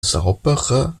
saubere